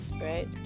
right